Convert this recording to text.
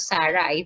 Sarah